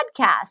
podcast